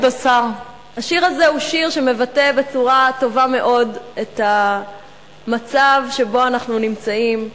השיר הזה מבטא בצורה טובה מאוד את המצב שבו אנחנו נמצאים כאן,